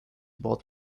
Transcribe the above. bought